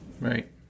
Right